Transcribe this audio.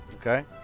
okay